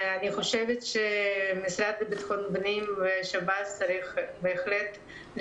אני חושבת שהמשרד לביטחון פנים והשב"ס צריכים לשקול